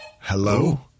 hello